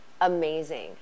amazing